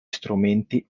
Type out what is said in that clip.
strumenti